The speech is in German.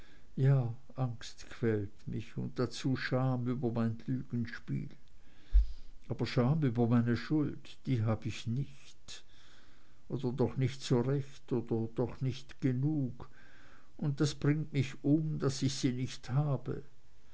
angst quält mich und dazu scham über mein lügenspiel aber scham über meine schuld die hab ich nicht oder doch nicht so recht oder doch nicht genug und das bringt mich um daß ich sie nicht habe